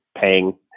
paying